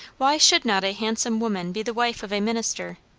why should not a handsome woman be the wife of a minister?